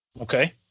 Okay